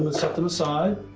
ah set them aside.